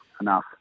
enough